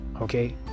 okay